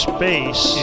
Space